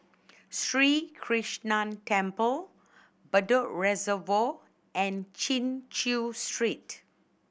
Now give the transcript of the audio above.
Sri Krishnan Temple Bedok Reservoir and Chin Chew Street